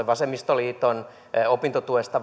vasemmistoliiton opintotuesta